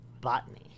botany